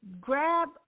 grab